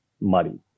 muddy